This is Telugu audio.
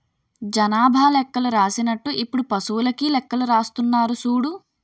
జనాభా లెక్కలు రాసినట్టు ఇప్పుడు పశువులకీ లెక్కలు రాస్తున్నారు సూడు